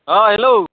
অঁ হেল্ল'